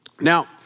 Now